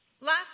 Last